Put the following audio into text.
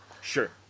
Sure